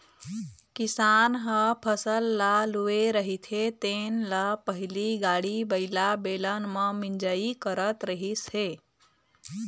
किसान ह फसल ल लूए रहिथे तेन ल पहिली गाड़ी बइला, बेलन म मिंजई करत रिहिस हे